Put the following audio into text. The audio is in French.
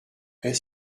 est